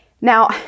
Now